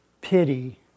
pity